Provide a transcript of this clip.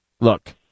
look